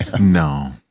no